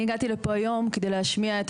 אני הגעתי לפה היום כדי להשמיע את